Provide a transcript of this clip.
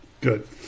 good